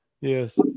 Yes